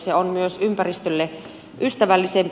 se on myös ympäristölle ystävällisempi